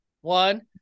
one